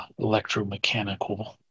electromechanical